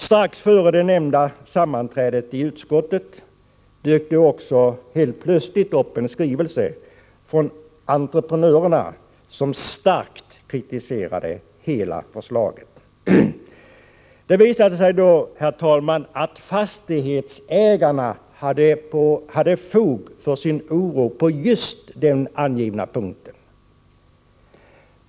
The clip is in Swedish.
Strax före det nämnda sammanträdet i utskottet dök det också helt plötsligt upp en skrivelse från entreprenörerna som starkt kritiserade förslaget. Det visade sig då, herr talman, att fastighetsägarna hade fog för sin oro på just den angivna punkten.